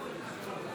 שלוש